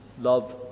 love